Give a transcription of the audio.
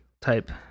type